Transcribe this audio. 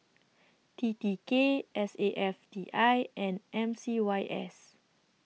T T K S A F T I and M C Y S